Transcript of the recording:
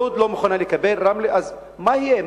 לוד לא מוכנה לקבל, רמלה, אז מה יהיה?